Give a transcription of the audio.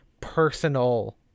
personal